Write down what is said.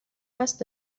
هست